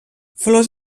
flors